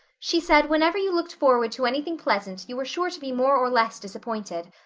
she said whenever you looked forward to anything pleasant you were sure to be more or less disappointed.